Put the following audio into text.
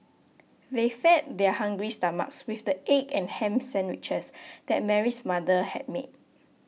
they fed their hungry stomachs with the egg and ham sandwiches that Mary's mother had made